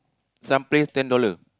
some place ten dollar